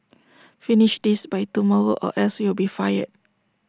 finish this by tomorrow or else you will be fired